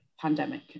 pandemic